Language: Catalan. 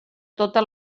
tota